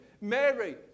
Mary